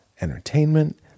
entertainment